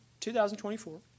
2024